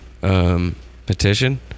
Petition